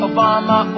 Obama